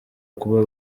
kuba